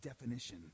definition